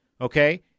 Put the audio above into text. okay